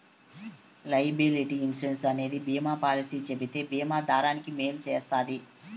liability insurance అనేది బీమా policy చెబితే బీమా దారానికి మేలు చేస్తది